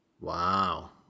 Wow